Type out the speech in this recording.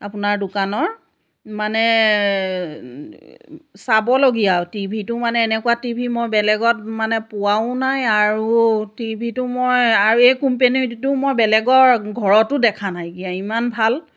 আপোনাৰ দোকানৰ মানে চাবলগীয়া আও টিভিটো মানে এনেকুৱা টিভি মই বেলেগত মানে পোৱাও নাই আৰু টিভিটো মই আৰু এই কোম্পেনীটো মই বেলেগৰ ঘৰতো দেখা নাইকীয়া ইমান ভাল